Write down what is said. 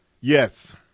Yes